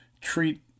treat